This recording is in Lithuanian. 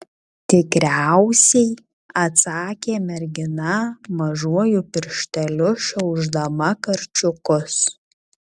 tikriausiai atsakė mergina mažuoju piršteliu šiaušdama karčiukus